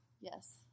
Yes